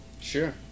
Sure